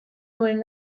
duen